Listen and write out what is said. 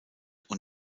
oder